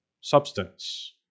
substance